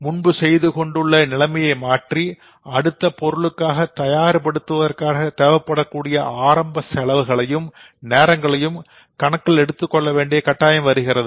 முன்பு செய்துகொண்டு உள்ள நிலைமையை மாற்றி அடுத்த பொருளுக்கான தயார் நிலைப்படுத்துவதற்காக தேவைப்படக்கூடிய ஆரம்ப செலவுகளையும் நேரங்களையும் கணக்கில் எடுத்துக்கொள்ள வேண்டிய கட்டாயம் வருகிறது